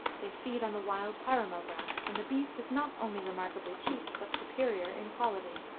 they feed on the wild paramo grass, and the beef is not only remarkably cheap, but superior in quality.